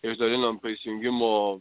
išdalinom pajungimo